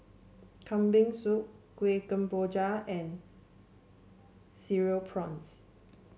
Kambing Soup Kueh Kemboja and Cereal Prawns